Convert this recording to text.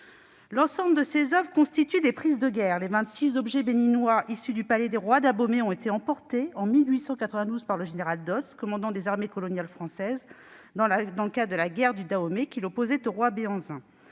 L'ensemble de ces oeuvres constitue des prises de guerre. Les vingt-six objets béninois, issus du palais des rois d'Abomey, ont été emportés en 1892 par le général Dodds, commandant des armées coloniales françaises, dans le cadre de la guerre du Dahomey qui l'opposait au roi Béhanzin.